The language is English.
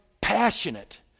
passionate